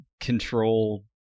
control